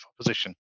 opposition